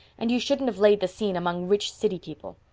and you shouldn't have laid the scene among rich city people.